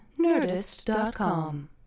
nerdist.com